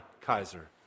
Kaiser